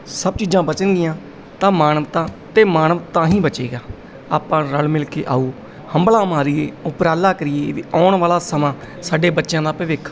ਸਭ ਚੀਜ਼ਾਂ ਬਚਣਗੀਆਂ ਤਾਂ ਮਾਨਵਤਾ ਅਤੇ ਮਾਨਵ ਤਾਂ ਹੀ ਬਚੇਗਾ ਆਪਾਂ ਰਲ ਮਿਲ ਕੇ ਆਓ ਹੰਬਲਾ ਮਾਰੀਏ ਉਪਰਾਲਾ ਕਰੀਏ ਵੀ ਆਉਣ ਵਾਲਾ ਸਮਾਂ ਸਾਡੇ ਬੱਚਿਆਂ ਦਾ ਭਵਿੱਖ